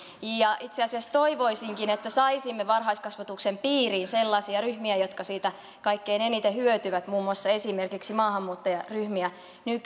ja itse asiassa toivoisinkin että saisimme varhaiskasvatuksen piiriin sellaisia ryhmiä jotka siitä kaikkein eniten hyötyvät muun muassa esimerkiksi maahanmuuttajaryhmiä